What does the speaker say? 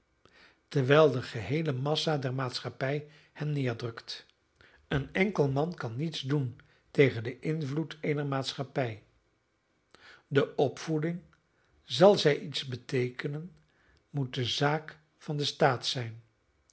terwijl de geheele massa der maatschappij hen neerdrukt een enkel man kan niets doen tegen den invloed eener maatschappij de opvoeding zal zij iets beteekenen moet de zaak van den staat zijn